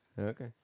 Okay